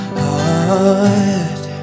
heart